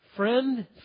Friend